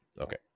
Okay